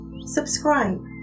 Subscribe